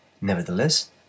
Nevertheless